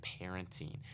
parenting